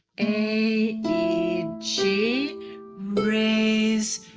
a e g raise.